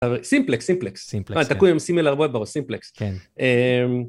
אבל סימפלקס, סימפלקס. סימפלקס, כן. - אתה קוראים סימפל הרבה בראש, סימפלקס. - כן.